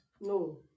no